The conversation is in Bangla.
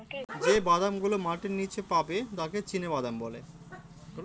যে বাদাম গুলো মাটির নীচে পাবে তাকে চীনাবাদাম বলে